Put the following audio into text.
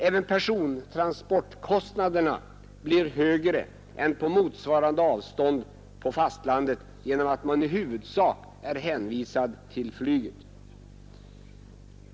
Även persontransportkostnaderna blir högre än vid motsvarande avstånd på fastlandet genom att resenärerna i huvudsak är hänvisade till flyget.